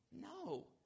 No